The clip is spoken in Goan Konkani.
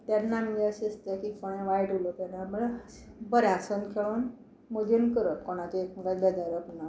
तेन्ना आमगे अशें दिसता की कोणे वायट उलोपा जायना म्हळ्यार बरें हांसोन खेळोन मजेन करप कोणाचें एकमेका बेजारप ना